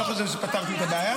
אני לא חושב שפתרתי את הבעיה.